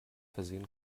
versehen